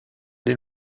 den